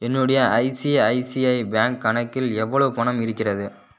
என்னுடைய ICICI bank கணக்கில் எவ்வளவு பணம் இருக்கிறது